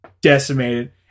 decimated